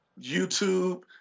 YouTube